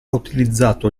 utilizzato